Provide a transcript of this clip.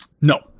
No